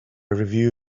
review